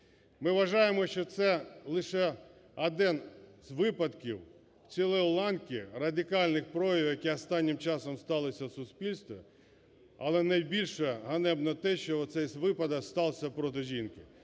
Ми вважаємо, що це лише один з випадків цілої ланки радикальних проявів, які останнім часом сталися в суспільстві, але найбільш ганебно те, що цей випадок стався проти жінки.